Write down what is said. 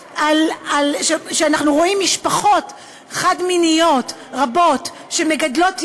שאנחנו רואים משפחות חד-מיניות רבות שמגדלות ילדים,